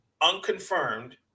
unconfirmed